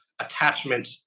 attachment